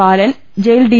Balan jail D